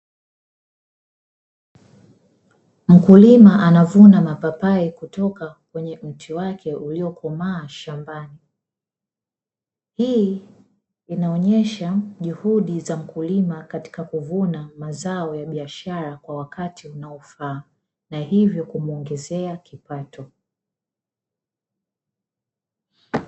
Mkulima anavuna mapapai kutoka kwenye mti wake Uliokomaa shambani, hii inaonyesha juhudi za mkulima katika kuvuna mazao ya biashara kwa wakati unaofaa na hivyo kumuongezea kipato.